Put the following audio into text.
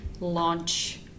launch